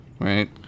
Right